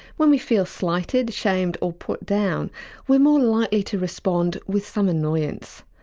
when we feel slighted, shamed or put down we're more likely to respond with some annoyance,